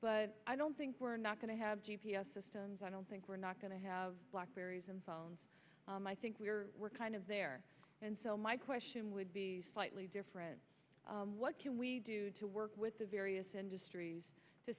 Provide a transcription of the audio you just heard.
but i don't think we're not going to have g p s systems i don't think we're not going to have blackberries and phones i think we're kind of there and so my question would be slightly different what can we do to work with the various industries to